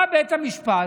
בא בית המשפט,